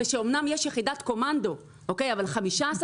ושאמנם יש יחידת קומנדו אבל במשך 15